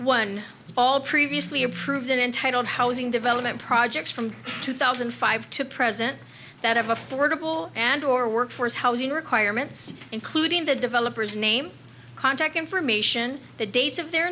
one all previously approved entitled housing development projects from two thousand and five to present that of affordable and or workforce housing requirements including the developer's name contact information the dates of their